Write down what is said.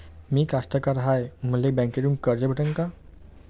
मी कास्तकार हाय, मले बँकेतून कर्ज भेटन का?